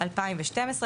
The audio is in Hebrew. התשע"ב 2012,